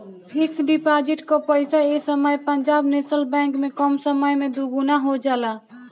fix deposit कअ पईसा ए समय पंजाब नेशनल बैंक में कम समय में दुगुना हो जाला